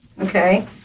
okay